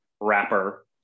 wrapper